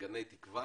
בגני תקווה